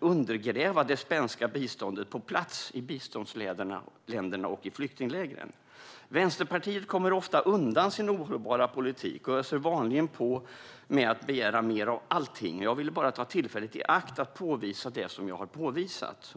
undergräva det svenska biståndet på plats i biståndsländerna och i flyktinglägren. Vänsterpartiet kommer ofta undan med sin ohållbara politik och öser vanligen på med att begära mer av allting. Jag ville bara ta tillfället i akt att påvisa det jag har påvisat.